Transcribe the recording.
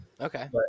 Okay